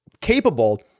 capable